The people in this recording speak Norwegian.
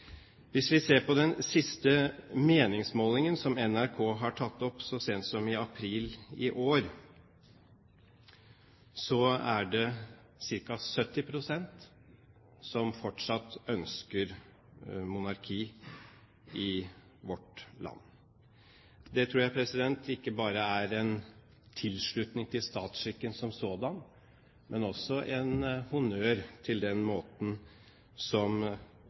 Hvis vi ser på den siste meningsmålingen som NRK har tatt opp, så sent som i april i år, er det ca. 70 pst. som fortsatt ønsker monarki i vårt land. Det tror jeg ikke bare er en tilslutning til statsskikken som sådan, men også en honnør til den måten som